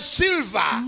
silver